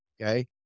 okay